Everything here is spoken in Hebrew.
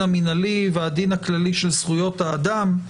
המינהלי והדין הכללי של זכויות האדם?